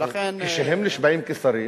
כשהם נשבעים כשׂרים,